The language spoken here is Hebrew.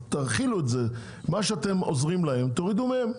תורידו מהם את מה שאתם עוזרים להם,